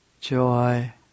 joy